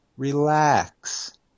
relax